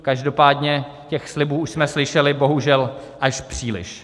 Každopádně těch slibů už jsme slyšeli bohužel až příliš.